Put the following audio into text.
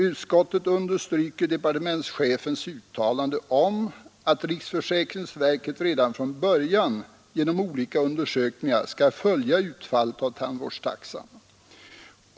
Utskottet understryker departementschefens uttalande om att riksförsäkringsverket redan från början genom olika undersökningar skall följa utfallet av tandvårdstaxan.